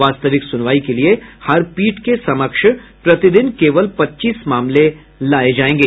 वास्तविक सुनवाई के लिए हर पीठ के समक्ष प्रतिदिन केवल पच्चीस मामले लाये जायेंगे